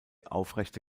aufrechte